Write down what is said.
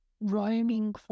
roaming